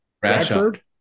Bradford